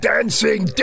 Dancing